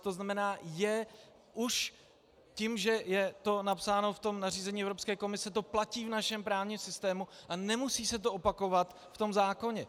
To znamená, už tím, že je to napsáno v nařízení Evropské komise, to platí v našem právním systému a nemusí se to opakovat v tom zákoně.